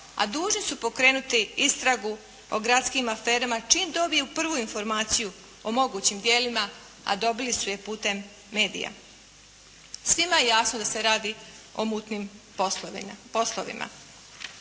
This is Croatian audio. a dužni su pokrenuti istragu o gradskim aferama čim dobiju prvu informaciju o mogućim djelima, a dobili su je putem medija. Svima je jasno da se radi o mutnim poslovima.